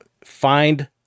find